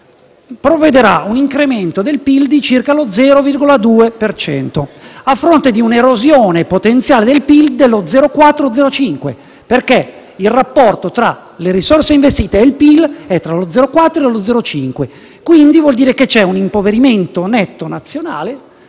- produrrà un incremento del PIL di circa lo 0,2 per cento, a fronte di un'erosione potenziale del PIL dello 0,4-0,5, perché il rapporto tra le risorse investite e il PIL è tra lo 0,4 e lo 0,5. Ciò significa che c'è un impoverimento netto nazionale